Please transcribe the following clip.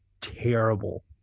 terrible